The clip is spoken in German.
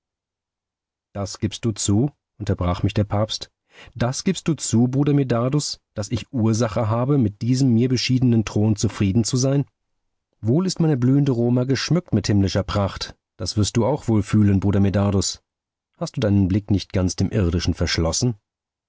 das gibst du zu unterbrach mich der papst das gibst du zu bruder medardus daß ich ursache habe mit diesem mir beschiedenen thron zufrieden zu sein wohl ist meine blühende roma geschmückt mit himmlischer pracht das wirst du auch wohl fühlen bruder medardus hast du deinen blick nicht ganz dem irdischen verschlossen